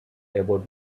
about